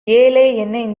என்ன